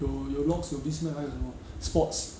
有有 logs 有 biz mag 还有什么 sports